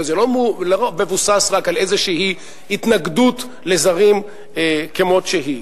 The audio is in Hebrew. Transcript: וזה לא מבוסס רק על איזו התנגדות לזרים כמות שהיא.